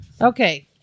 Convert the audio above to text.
Okay